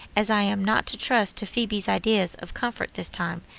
as i am not to trust to phoebe's ideas of comfort this time,